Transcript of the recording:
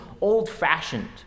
old-fashioned